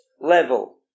level